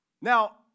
Now